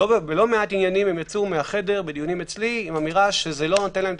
בלא מעט עניינים הם יצאו מחדר הדיונים אצלי עם אמירה זה לא נותן להם את